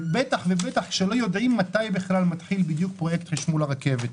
בטח ובטח כשלא יודעים מתי בכלל מתחיל בדיוק פרויקט חשמול הרכבת.